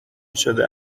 شده